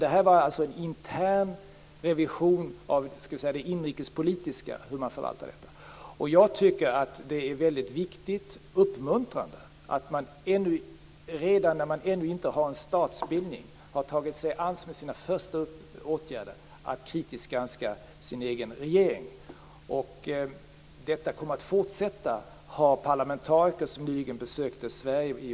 Detta var alltså fråga om en intern revision av den inrikespolitiska förvaltningen. Jag tycker att det är väldigt viktigt och uppmuntrande att man redan innan det finns en statsbildning har som en av sina första åtgärder tagit på sig att kritiskt granska sin egen regering.